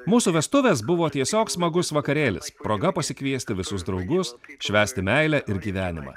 mūsų vestuvės buvo tiesiog smagus vakarėlis proga pasikviesti visus draugus švęsti meilę ir gyvenimą